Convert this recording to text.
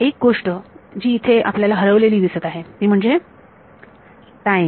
एक गोष्ट जी इथे आपल्याला हरवलेली दिसत आहे ती म्हणजे टाईम